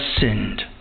sinned